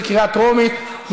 בקריאה טרומית.